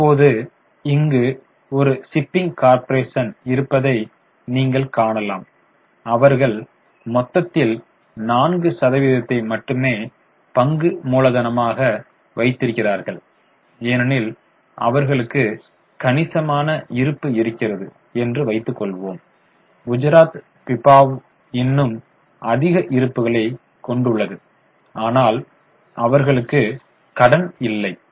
எனவே இப்போது இங்கு ஒரு ஷிப்பிங் கார்ப்பரேஷன் இருப்பதை நீங்கள் காணலாம் அவர்கள் மொத்தத்தில் 4 சதவிகிதத்தை மட்டுமே பங்கு மூலதனம் வைத்திருக்கிறார்கள் ஏனெனில் அவர்களுக்கு கணிசமான இருப்பு இருக்கிறது என்று வைத்துக் கொள்வோம் குஜராத் பிபாவவ் இன்னும் அதிக இருப்புக்களைக் கொண்டுள்ளது ஆனால் அவர்களுக்கு கடன் இல்லை